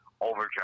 overdrive